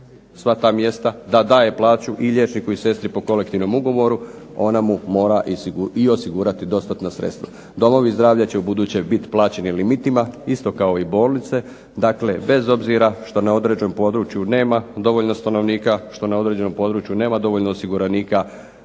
sva ta mjesta, da daje plaću i liječniku i sestri po kolektivnom ugovoru, ona mu mora i osigurati dostatna sredstva. Domovi zdravlja će ubuduće biti plaćeni limitima isto kao i bolnice, dakle bez obzira što na određenom području nema dovoljno stanovnika, što na određenom području nema dovoljno osiguranika,